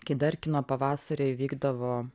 kai dar kino pavasariai vykdavo